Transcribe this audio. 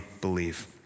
believe